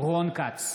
רון כץ,